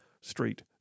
street